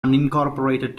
unincorporated